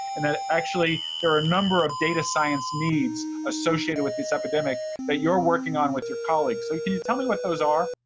and that actually there are a number of data science needs associated with this epidemic that you're working on with your colleagues, so can you tell me what those are?